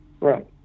right